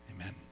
Amen